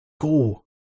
go